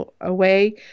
away